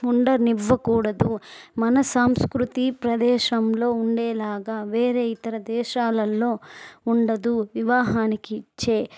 ఉండనివ్వకూడదు మన సాంస్కృతి ప్రదేశంలో ఉండేలాగా వేరే ఇతర దేశాలల్లో ఉండదు వివాహానికి ఇచ్చే